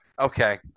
Okay